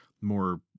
more